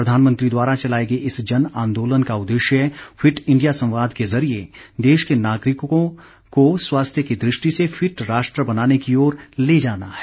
प्रधानमंत्री द्वारा चलाए गये इस जन आंदोलन का उद्देश्य फिट इंडिया संवाद के जरिये देश के नागरिकों को स्वास्थ्य की दृष्टि से फिट राष्ट्र बनाने की ओर ले जाना है